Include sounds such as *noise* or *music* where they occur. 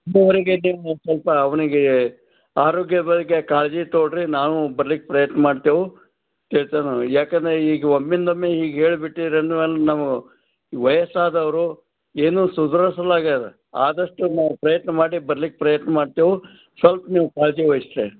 *unintelligible* ವರೆಗೆ ನೀವು ಸ್ವಲ್ಪ ಅವನಿಗೆ ಅರೋಗ್ಯ ಬಗ್ಗೆ ಕಾಳಜಿ ತೊಗೊಳ್ರಿ ನಾವು ಬರ್ಲಿಕ್ಕೆ ಪ್ರಯತ್ನ ಮಾಡ್ತೇವೆ ತಿಳಿತೇನೂ ಯಾಕಂದರೆ ಈಗ ಒಮ್ಮಿಂದೊಮ್ಮೆ ಹೀಗೆ ಹೇಳ್ಬಿಟ್ಟೀರಿ ಅಂದ್ಮೇಲೆ ನಮ್ಗೆ ವಯಸ್ಸಾದವರು ಏನೂ ಸುಧಾರ್ಸ್ಲಾಗ್ಯಾದೆ ಆದಷ್ಟು ನಾವು ಪ್ರಯತ್ನ ಮಾಡಿ ಬರ್ಲಿಕ್ಕೆ ಪ್ರಯತ್ನ ಮಾಡ್ತೇವೆ ಸ್ವಲ್ಪ್ ನೀವು ಕಾಳಜಿ ವಹಿಸ್ತಾ ಇರಿ